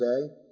today